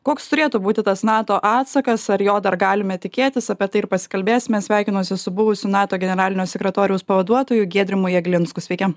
koks turėtų būti tas nato atsakas ar jo dar galime tikėtis apie tai ir pasikalbėsime sveikinuosi su buvusiu nato generalinio sekretoriaus pavaduotoju giedrimu jeglinsku sveiki